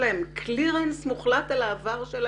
ואתם מבצעים ניקיון מוחלט של העבירות הללו